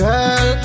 Girl